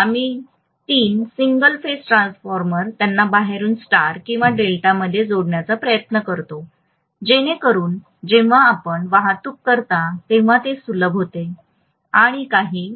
आम्ही तीन single phase transformers त्यांना बाहेरून स्टार किंवा डेल्टामध्ये जोडण्याचा प्रयत्न करतो जेणेकरून जेव्हा आपण वाहतूक करता तेव्हा ते सुलभ होते आणि काही